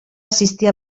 assistir